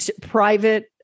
private